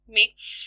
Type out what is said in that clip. make